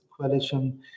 coalition